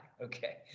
Okay